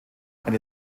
eine